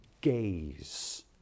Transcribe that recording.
gaze